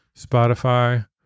Spotify